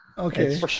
Okay